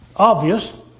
obvious